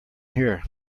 here